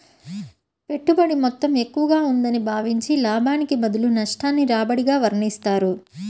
పెట్టుబడి మొత్తం ఎక్కువగా ఉందని భావించి, లాభానికి బదులు నష్టాన్ని రాబడిగా వర్ణిస్తారు